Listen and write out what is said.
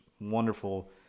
wonderful